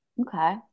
Okay